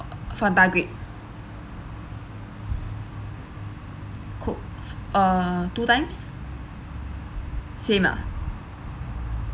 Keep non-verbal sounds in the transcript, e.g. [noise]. [noise] Fanta grape Coke uh two times same ah